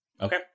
Okay